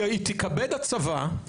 יתכבד הצבא,